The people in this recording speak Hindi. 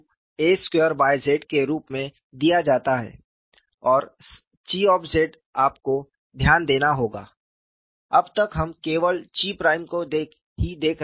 और 𝜳14σz12a2z के रूप में दिया जाता है और 𝛘 आपको ध्यान देना होगा अब तक हम केवल ची प्राइम को ही देख रहे हैं